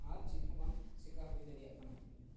ᱟᱨ ᱪᱮᱫ ᱦᱚᱸ ᱵᱟᱝ ᱪᱮᱠᱟ ᱦᱩᱭ ᱫᱟᱲᱮᱭᱟᱜ ᱠᱟᱱᱟ